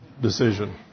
decision